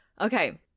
okay